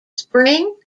spring